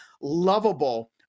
lovable